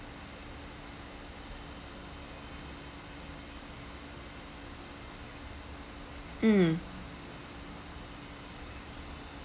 mm